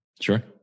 Sure